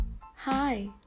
Hi